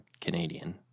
Canadian